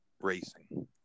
racing